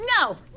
no